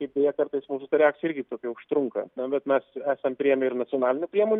kaip beje kartais mūsų ta reakcija irgi tokia užtrunka na bet mes esam priėmę ir nacionalinių priemonių